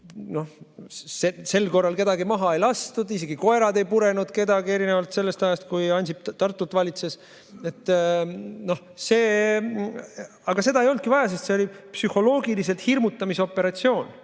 ju, sel korral kedagi maha ei lastud, isegi koerad ei purenud kedagi, erinevalt sellest ajast, kui Ansip Tartut valitses. Aga seda ei olnudki vaja, sest see oli psühholoogiliselt hirmutamisoperatsioon,